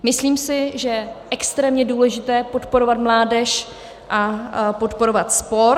Myslím si, že je extrémně důležité podporovat mládež a podporovat sport.